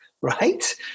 right